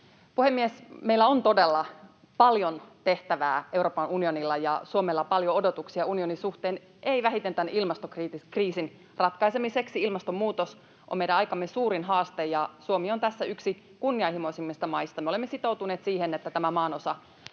unionilla, on todella paljon tehtävää ja Suomella paljon odotuksia unionin suhteen, ei vähiten tämän ilmastokriisin ratkaisemiseksi. Ilmastonmuutos on meidän aikamme suurin haaste, ja Suomi on tässä yksi kunnianhimoisimmista maista. Me olemme sitoutuneet siihen, että tämä maanosa